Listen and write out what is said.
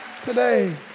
today